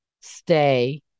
stay